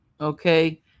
okay